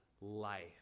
life